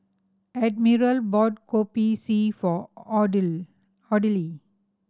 Admiral bought Kopi C for Audley